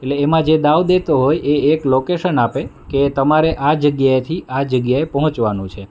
એટલે એમાં જે દાવ દેતો હોય એ એક લોકેશન આપે કે તમારે આ જગ્યાએથી આ જગ્યાએ પહોંચવાનું છે